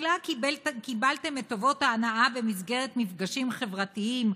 בתחילה קיבלתם את טובות ההנאה במסגרת מפגשים חברתיים,